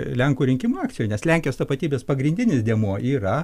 lenkų rinkimų akcijoj nes lenkijos tapatybės pagrindinis dėmuo yra